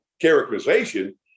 characterization